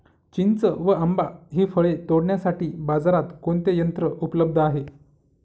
चिंच व आंबा हि फळे तोडण्यासाठी बाजारात कोणते यंत्र उपलब्ध आहे?